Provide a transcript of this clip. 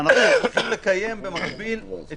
אנחנו צריכים לקיים במקביל את